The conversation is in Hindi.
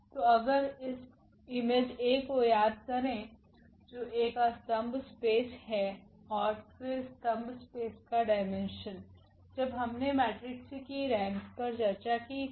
तो अगर हम इमेज A को याद करे जो A का स्तंभ स्पेस हैऔर फिर स्तंभ स्पेस का डाईमेन्शन जब हमने मेट्रिक्स की रैंक पर चर्चा की थी